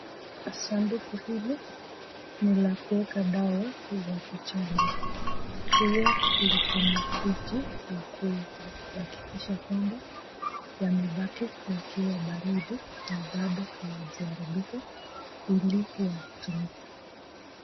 Sanduku hili ni la kuweka dawa za kuchanja. Huwa liko na friji ya kuhakikisha kwamba yamebaki yakiwa baridi na bado hayajaharibika ili yatumike.